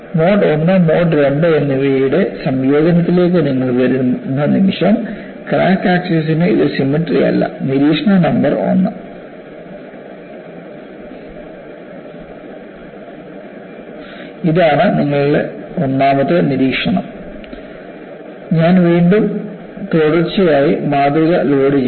mode 1 mode 2 എന്നിവയുടെ സംയോജനത്തിലേക്ക് നിങ്ങൾ വരുന്ന നിമിഷം ക്രാക്ക് ആക്സിസിനു ഇത് സിമട്രി അല്ല ഇതാണ് നിങ്ങളുടെ ഒന്നാമത്തെ നിരീക്ഷണം ഞാൻ വീണ്ടും തുടർച്ചയായി മാതൃക ലോഡുചെയ്യും